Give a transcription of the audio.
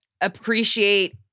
appreciate